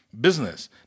business